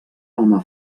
home